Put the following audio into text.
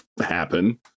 happen